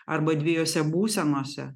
arba dviejose būsenose